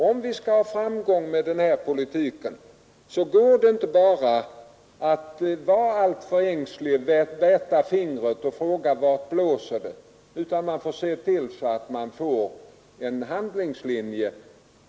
Om vi skall ha framgång med denna politik, kan vi inte bara ängsligt väta fingret och fråga vart det blåser, utan vi får försöka följa en bestämd handlingslinje.